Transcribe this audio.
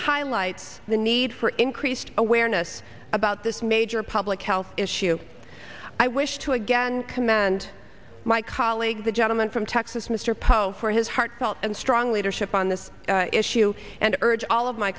highlights the need for increased awareness about this major public health issue i wish to again command my colleague the gentleman from texas mr poe for his heartfelt and strong leadership on this issue and urge all of my